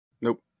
Nope